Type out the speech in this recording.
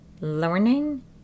learning